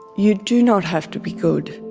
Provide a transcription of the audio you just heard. you do not have to be good.